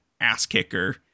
ass-kicker